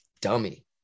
dummy